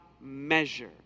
measure